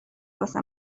واسه